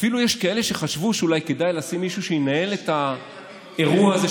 אפילו יש כאלה שחשבו שאולי כדאי לשים מישהו שינהל את האירוע הזה,